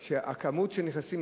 על כך שכמות הנכנסים,